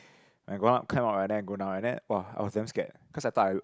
I go up kind of like that I go down and then [wah] I was damn scared cause I thought I would